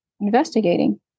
investigating